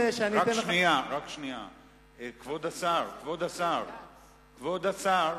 כבוד השר,